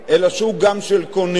אלא שוק גם של קונים.